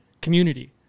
community